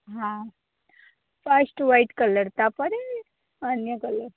ହଁ first white colour ତାପରେ ଅନ୍ୟ କଲର୍